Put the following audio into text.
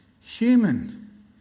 human